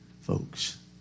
folks